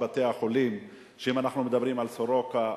בתי-החולים: אם אנחנו מדברים על "סורוקה",